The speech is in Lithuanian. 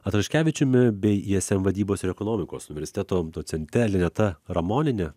atraškevičiumi bei ism vadybos ir ekonomikos universiteto docente lineta ramoniene